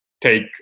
take